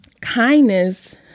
Kindness